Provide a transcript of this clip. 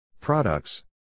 Products